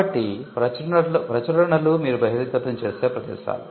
కాబట్టి ప్రచురణలు మీరు బహిర్గతం చేసే ప్రదేశాలు